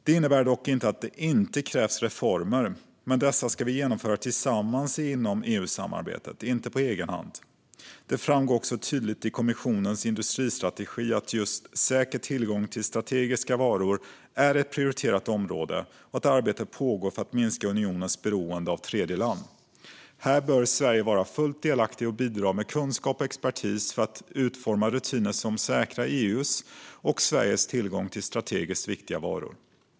Det innebär dock inte att det inte krävs reformer, men dessa ska vi genomföra tillsammans inom EU-samarbetet, inte på egen hand. Det framgår också tydligt i kommissionens industristrategi att just säker tillgång till strategiska varor är ett prioriterat område och att arbete pågår för att minska unionens beroende av tredjeländer. Här bör Sverige vara fullt delaktiga och bidra med kunskap och expertis för att utforma rutiner som säkrar EU:s och Sveriges tillgång till strategiskt viktiga varor.